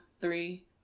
three